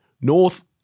North